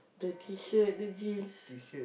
the T-shirt the jeans